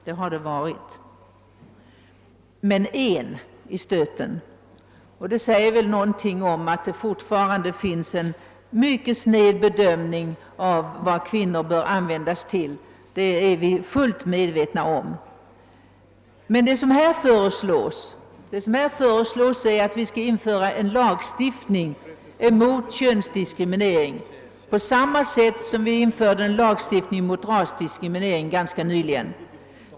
Det har det — men en i stöten, och det säger väl någonting om att det fortfarande sker en mycket snäv bedömning av vad kvinnor bör användas till. Det är vi fullt medvetna om. Men det som i motionen föreslås är, att vi skall införa en lagstiftning mot könsdiskriminering på samma sätt som vi införde en lagstiftning ganska nyligen mot rasdiskriminering.